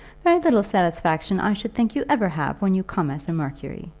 very little satisfaction i should think you ever have, when you come as a mercury.